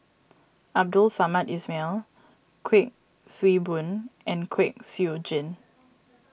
Abdul Samad Ismail Kuik Swee Boon and Kwek Siew Jin